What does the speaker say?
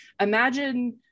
imagine